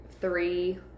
three